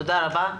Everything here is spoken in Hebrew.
תודה רבה.